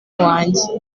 wanjye